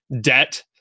debt